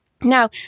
Now